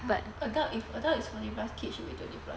but adult if adult is forty plus kids should be thirty plus